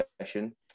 session